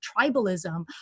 tribalism